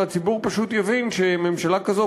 והציבור פשוט יבין שממשלה כזאת,